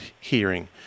hearing